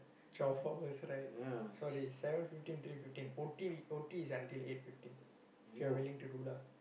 twelve hours right sorry seven fifteen three fifteen O_T O_T is until eight fifteen if you're willing to do lah